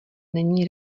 není